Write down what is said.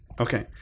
Okay